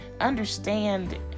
understand